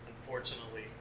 unfortunately